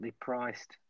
priced